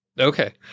Okay